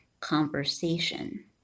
conversation